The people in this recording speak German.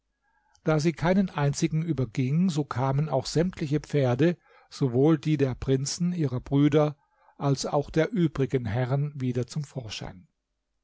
da sie keinen einzigen überging so kamen auch sämtliche pferde sowohl die der prinzen ihrer brüder als auch der übrigen herren wieder zum vorschein